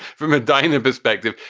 from a diner perspective,